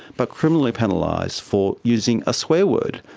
but criminally penalised for using a swear word,